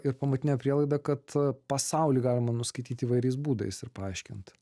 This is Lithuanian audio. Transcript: ir pamatinę prielaidą kad pasaulį galima nuskaityt įvairiais būdais ir paaiškint